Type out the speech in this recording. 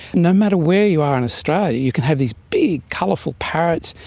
no matter where you are in australia you can have these big colourful parrots,